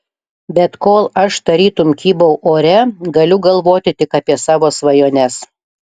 bet kol aš tarytum kybau ore galiu galvoti tik apie savo svajones